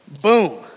boom